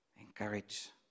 encourage